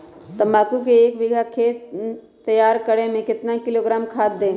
तम्बाकू के एक बीघा खेत तैयार करें मे कितना किलोग्राम खाद दे?